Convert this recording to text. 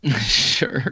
Sure